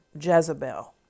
Jezebel